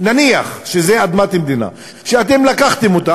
נניח שזה אדמת מדינה, שאתם לקחתם אותה.